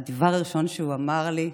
הדבר הראשון שהוא אמר לי,